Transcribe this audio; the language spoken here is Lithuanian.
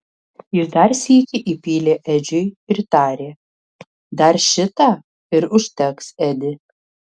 jis dar sykį įpylė edžiui ir tarė dar šitą ir užteks edi